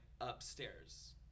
upstairs